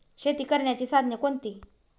शेती करण्याची साधने कोणती?